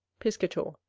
piscator.